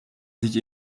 sich